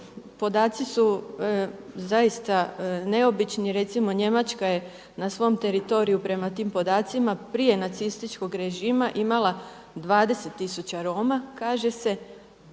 Podaci su zaista neobični, recimo Njemačka je na svom teritoriju prema tim podacima prije nacističkog režima imala 20000 Roma kaže se.